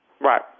Right